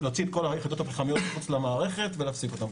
להוציא את כל היחידות הפחמיות מחוץ למערכת ולהפסיק אותן,